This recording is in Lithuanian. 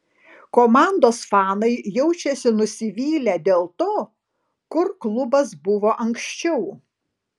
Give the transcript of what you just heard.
komandos fanai jaučiasi nusivylę dėl to kur klubas buvo anksčiau